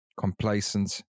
Complacent